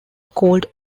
called